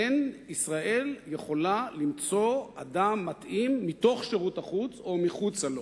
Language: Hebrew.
אין ישראל יכולה למצוא אדם מתאים מתוך שירות החוץ או מחוצה לו.